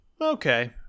okay